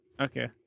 Okay